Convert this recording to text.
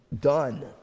done